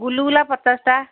ଗୁଲୁଗୁଲା ପଚାଶଟା